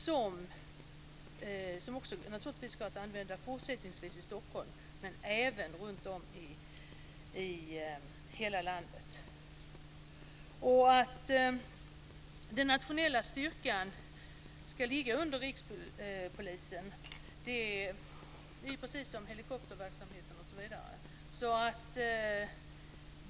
Den ska naturligtvis även fortsättningsvis gå att använda i Stockholm men även runtom i hela landet. Rikspolisstyrelsen, precis som helikopterverksamheten osv.